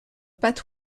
pat